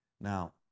Now